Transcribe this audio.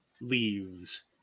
leaves